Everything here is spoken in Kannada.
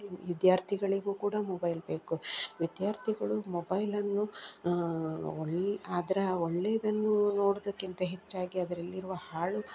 ವಿದ್ಯಾರ್ಥಿಗಳಿಗೂ ಕೂಡ ಮೊಬೈಲ್ ಬೇಕು ವಿದ್ಯಾರ್ಥಿಗಳು ಮೊಬೈಲನ್ನು ಒಳ್ ಆದರೆ ಒಳ್ಳೆಯದನ್ನು ನೋಡುವುದಕ್ಕಿಂತ ಹೆಚ್ಚಾಗಿ ಅದರಲ್ಲಿರುವ ಹಾಳು